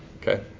Okay